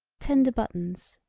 tender buttons.